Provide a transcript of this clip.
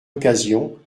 occasion